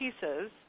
pieces